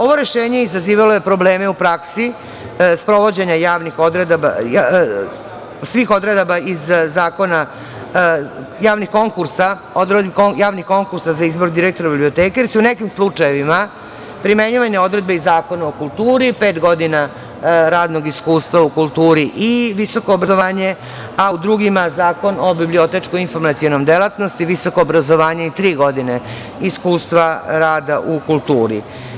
Ovo rešenje izazivalo je probleme u praksi sprovođenja svih odredaba iz zakona, javnih konkursa za izbor direktora biblioteke, jer su u nekim slučajevima primenjivane odredbe iz Zakona o kulturi, pet godina radnog iskustva u kulturi i visokom obrazovanju, a u drugima Zakon o bibliotečko-informacionoj delatnosti, visoko obrazovanje i tri godine iskustva rada u kulturi.